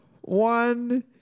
one